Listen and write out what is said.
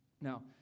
Now